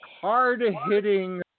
hard-hitting